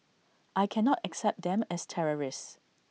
I cannot accept them as terrorists